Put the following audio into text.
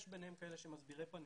יש ביניהם כאלה שהם מסבירי פנים,